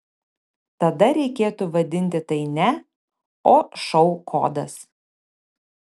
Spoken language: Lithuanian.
tada reikėtų vadinti tai ne o šou kodas